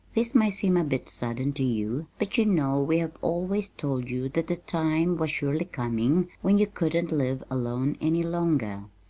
this may seem a bit sudden to you, but you know we have always told you that the time was surely coming when you couldn't live alone any longer.